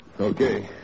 Okay